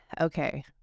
Okay